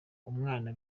umwana